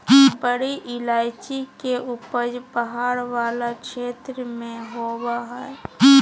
बड़ी इलायची के उपज पहाड़ वाला क्षेत्र में होबा हइ